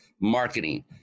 marketing